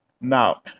Now